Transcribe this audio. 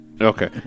Okay